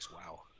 Wow